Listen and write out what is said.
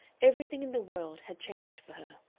everything in the world had changed for her.